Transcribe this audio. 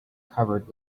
covered